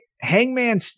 Hangman